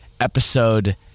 episode